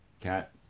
cat